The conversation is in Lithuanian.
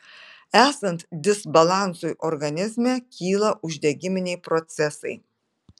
esant disbalansui organizme kyla uždegiminiai procesai